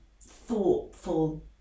thoughtful